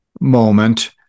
moment